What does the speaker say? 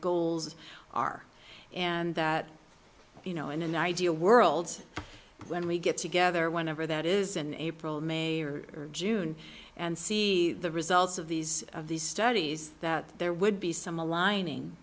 goals are and that you know in an ideal world when we get together whenever that is in april may or june and see the results of these of these studies that there would be some aligning